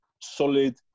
solid